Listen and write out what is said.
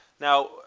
Now